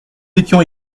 étions